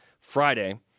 Friday